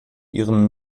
ihren